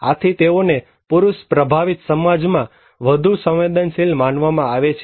આથી તેઓને પુરુષ પ્રભાવિત સમાજમાં વધુ સંવેદનશીલ માનવામાં આવે છે